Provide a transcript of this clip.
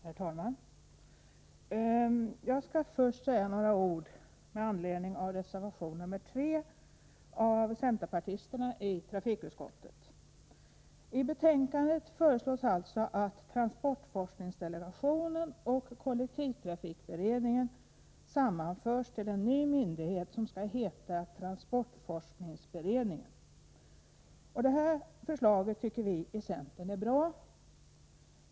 Herr talman! Jag skall först säga några ord med anledning av reservation nr 3 av centerpartisterna i trafikutskottet. I betänkandet föreslås alltså att transportforskningsdelegationen och kollektivtrafikberedningen sammanförs till en ny myndighet som skall heta transportforskningsberedningen. Det förslaget tycker vi i centern är bra.